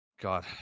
God